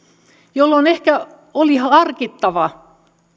jolloin ehkä oli harkittava